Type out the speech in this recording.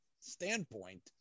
standpoint